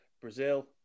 Brazil